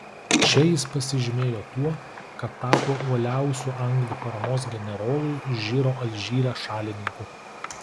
čia jis pasižymėjo tuo kad tapo uoliausiu anglų paramos generolui žiro alžyre šalininku